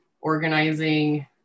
organizing